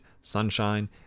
Sunshine